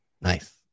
Nice